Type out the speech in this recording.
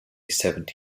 seventy